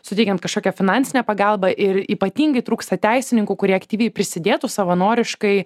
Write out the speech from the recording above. suteikiant kažkokią finansinę pagalbą ir ypatingai trūksta teisininkų kurie aktyviai prisidėtų savanoriškai